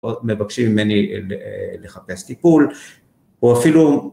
עוד מבקשים ממני לחפש טיפול, או אפילו